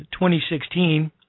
2016